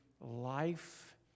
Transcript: life